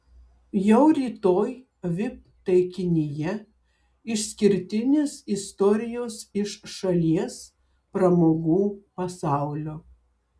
jau rytoj vip taikinyje išskirtinės istorijos iš šalies pramogų pasaulio